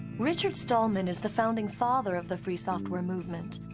richard stallman is the founding father of the free software movement.